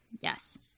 Yes